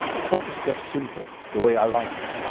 the front is kept simple, the way i like it.